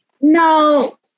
no